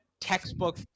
textbook